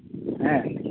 ᱦᱮᱸᱻ